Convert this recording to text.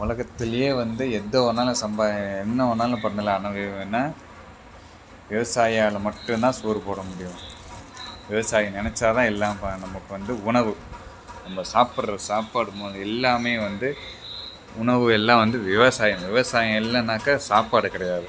உலகத்துலேயே வந்து எதை வேணாலும் சம்பா என்ன வேணாலும் பண்ணலாம் ஆனால் என்ன விவசாயியால் மட்டும் தான் சோறு போட முடியும் விவசாயி நினச்சா தான் எல்லாம் பண்ண நமக்கு வந்து உணவு நம்ம சாப்பிடுற சாப்பாடு முதல் எல்லாமே வந்து உணவு எல்லாம் வந்து விவசாயம் விவசாயம் இல்லைனாக்கா சாப்பாடு கிடையாது